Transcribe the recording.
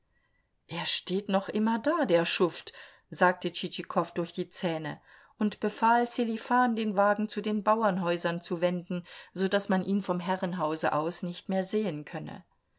er steht noch immer da der schuft sagte tschitschikow durch die zähne und befahl sselifan den wagen zu den bauernhäusern zu wenden so daß man ihn vom herrenhause aus nicht mehr sehen könne